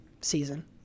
season